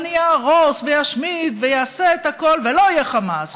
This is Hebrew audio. אני אהרוס ואשמיד ואעשה את הכול ולא יהיה חמאס.